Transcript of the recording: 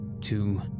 two